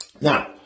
Now